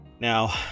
Now